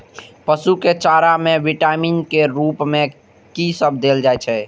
पशु के चारा में विटामिन के रूप में कि सब देल जा?